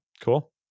Cool